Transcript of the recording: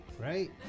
right